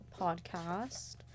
podcast